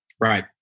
Right